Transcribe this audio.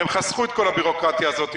הם חסכו את כל הביורוקרטיה הזאת.